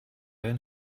einen